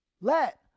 Let